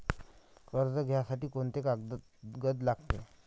कर्ज घ्यासाठी कोनची कागद लागते?